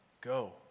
Go